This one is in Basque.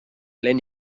lehen